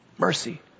Mercy